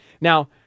Now